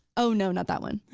oh, no, not that one.